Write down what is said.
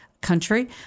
country